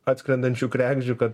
atskrendančių kregždžių kad